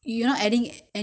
you want to drink the water